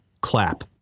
clap